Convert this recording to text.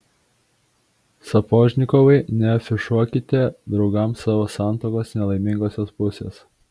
sapožnikovai neafišuokite draugams savo santuokos nelaimingosios pusės